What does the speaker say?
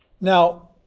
Now